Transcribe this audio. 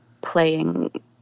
playing